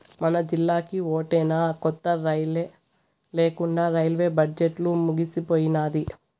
మనజిల్లాకి ఓటైనా కొత్త రైలే లేకండా రైల్వే బడ్జెట్లు ముగిసిపోయినాది